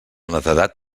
netedat